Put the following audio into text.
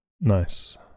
nice